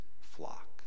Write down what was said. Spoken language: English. flock